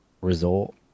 resort